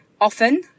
often